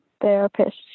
therapist